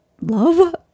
love